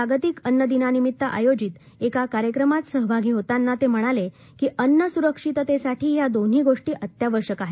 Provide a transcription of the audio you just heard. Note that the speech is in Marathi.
जागतिक अन्न दिनानिमत्त आयोजित एका कार्यक्रमात सहभागी होताना ते म्हणाले की अन्न सुरक्षिततेसाठी या दोन्ही गोष्टी अत्यावश्यक आहेत